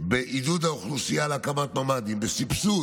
בעידוד האוכלוסייה להקים ממ"דים, בסבסוד,